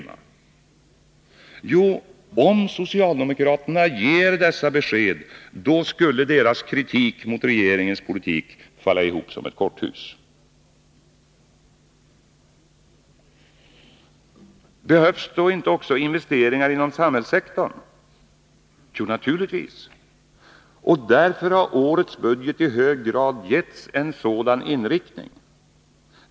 Jo, därför att då skulle deras kritik mot regeringens politik falla ihop som ett korthus. Behövs då inte också investeringar inom samhällssektorn? Jo, naturligtvis. Och därför har årets budget i hög grad getts en sådan inriktning.